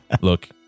Look